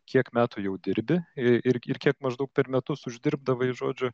kiek metų jau dirbi ir kiek maždaug per metus uždirbdavai žodžiu